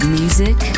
music